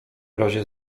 razie